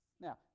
Now